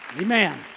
Amen